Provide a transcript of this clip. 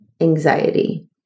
anxiety